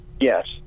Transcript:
Yes